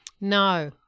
No